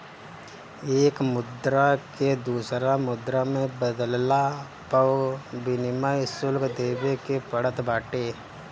एक मुद्रा के दूसरा मुद्रा में बदलला पअ विनिमय शुल्क देवे के पड़त बाटे